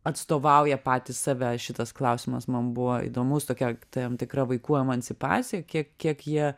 atstovauja patys save šitas klausimas man buvo įdomus tokia tam tikra vaikų emancipacija kiek kiek jie